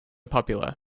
popular